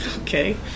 okay